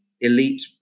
elite